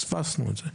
ופספסנו את זה.